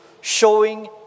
showing